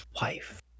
wife